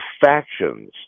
factions